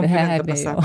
be abejo